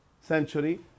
century